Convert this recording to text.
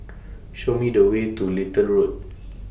Show Me The Way to Little Road